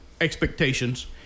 expectations